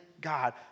God